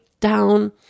Down